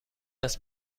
است